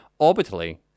orbitally